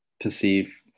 perceive